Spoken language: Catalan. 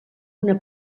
una